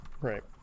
Right